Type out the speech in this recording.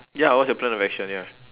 ya what's your plan of action ya